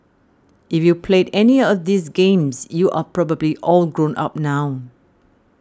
if you played any of these games you are probably all grown up now